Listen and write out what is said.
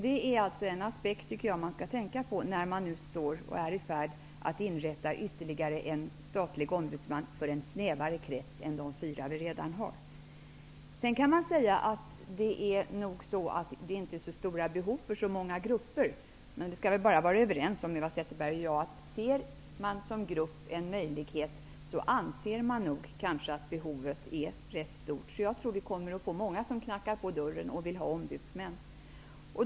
Det är en aspekt man skall tänka på, när man är i färd med att inrätta ytterligare en statlig ombudsman för en snävare krets än de fyra som redan finns. Eva Zetterberg säger att det nog inte finns så stora behov för så många grupper, men vi kan väl vara överens om att en grupp som ser en möjlighet kanske anser att behovet är rätt stort. Jag tror därför att många kommer att knacka på dörren och vill ha ombudsmän.